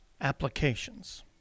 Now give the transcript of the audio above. applications